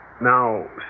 now